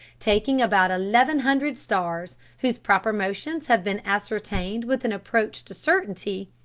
taking about eleven hundred stars whose proper motions have been ascertained with an approach to certainty,